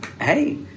Hey